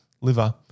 liver